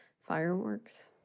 fireworks